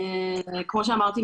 כמו שאמרתי,